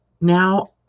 now